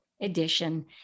edition